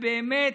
באמת,